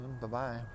Bye-bye